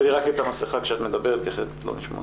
קדמן בעקבות